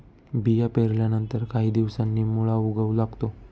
बिया पेरल्यानंतर काही दिवसांनी मुळा उगवू लागतो